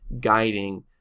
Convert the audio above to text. guiding